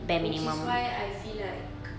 which is why I feel like